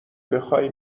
بخای